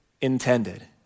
intended